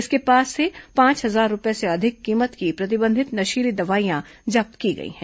इसके पास से पांच हजार रूपए से अधिक कीमत की प्रतिबंधित नशीली दवाइयां जब्त की गई हैं